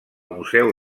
museu